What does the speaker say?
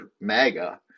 MAGA